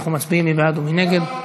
אנחנו מצביעים, מי בעד ומי נגד?